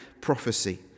prophecy